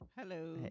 Hello